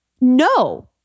no